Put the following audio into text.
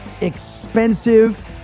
expensive